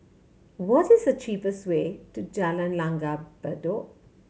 what is the cheapest way to Jalan Langgar Bedok